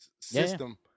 system